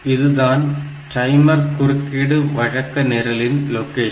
இதுதான் டைமர் குறுக்கீடு வழக்க நிரலின் லொகேஷன்